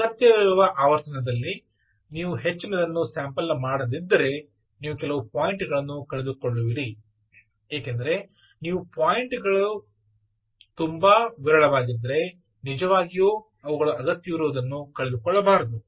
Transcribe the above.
ಅಗತ್ಯವಿರುವ ಆವರ್ತನದಲ್ಲಿ ನೀವು ಹೆಚ್ಚಿನದನ್ನು ಸ್ಯಾಂಪಲ್ ಮಾಡದಿದ್ದರೆ ನೀವು ಕೆಲವು ಪಾಯಿಂಟ್ ಗಳನ್ನು ಕಳೆದುಕೊಳ್ಳುವಿರಿ ಏಕೆಂದರೆ ನೀವು ಪಾಯಿಂಟ್ ಗಳು ತುಂಬಾ ವಿರಳವಾಗಿದ್ದರೆ ನೀವು ನಿಜವಾಗಿಯೂ ಅಗತ್ಯವಿರುವದನ್ನು ಕಳೆದುಕೊಳ್ಳಬಹುದು